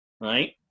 right